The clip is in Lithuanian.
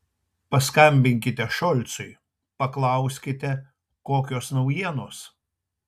paskambinkite šolcui paklauskite kokios naujienos